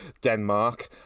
denmark